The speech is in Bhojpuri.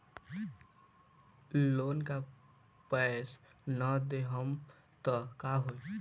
लोन का पैस न देहम त का होई?